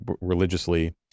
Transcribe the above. Religiously